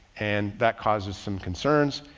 and that causes some concerns.